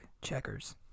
checkers